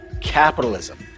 capitalism